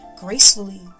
Gracefully